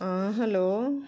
hello